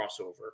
crossover